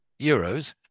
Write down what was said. euros